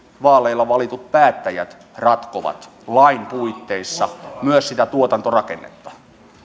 vaaleilla valitut päättäjät ratkovat lain puitteissa myös sitä tuotantorakennetta